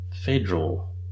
federal